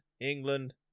England